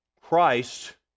Christ